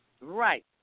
Right